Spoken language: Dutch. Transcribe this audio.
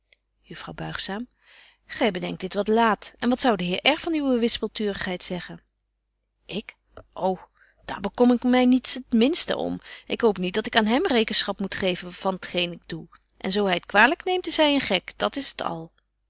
juffrouw buigzaam gy bedenkt dit wat laat en wat zou de heer r van uwe wispelturigheid zeggen ik ô daar bekommer ik my niets het minste over ik hoop niet dat ik aan hem rekenschap moet geven van t geen ik doe en zo hy t kwalyk neemt is hy een gek dat is t al